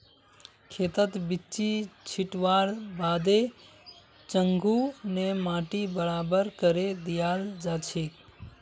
खेतत बिच्ची छिटवार बादे चंघू ने माटी बराबर करे दियाल जाछेक